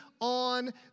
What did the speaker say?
on